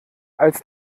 als